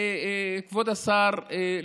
כבוד השר,